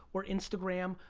or instagram,